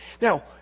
Now